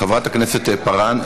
חברת הכנסת פארן.